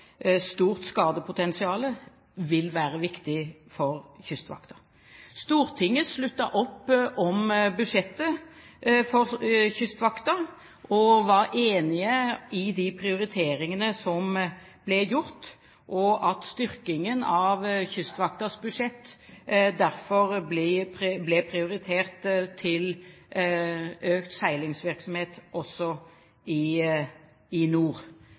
stort skadepotensial – vil være viktig for Kystvakten. Stortinget sluttet opp om budsjettet for Kystvakten, og var enig i de prioriteringene som ble gjort. Styrkingen av Kystvaktens budsjett ble derfor prioritert til økt seilingsvirksomhet også i nord.